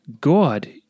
God